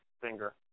finger